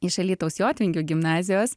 iš alytaus jotvingių gimnazijos